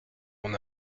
mon